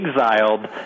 exiled